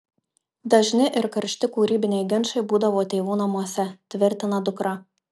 dažni ir karšti kūrybiniai ginčai būdavo tėvų namuose tvirtina dukra